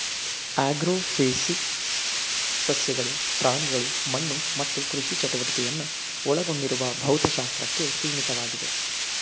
agrophysics ಸಸ್ಯಗಳು ಪ್ರಾಣಿಗಳು ಮಣ್ಣು ಮತ್ತು ಕೃಷಿ ಚಟುವಟಿಕೆಯನ್ನು ಒಳಗೊಂಡಿರುವ ಭೌತಶಾಸ್ತ್ರಕ್ಕೆ ಸೀಮಿತವಾಗಿದೆ